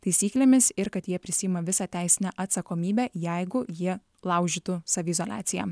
taisyklėmis ir kad jie prisiima visą teisinę atsakomybę jeigu jie laužytų saviizoliaciją